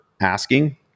asking